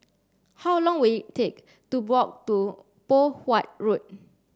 how long will it take to walk to Poh Huat Road